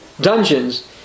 dungeons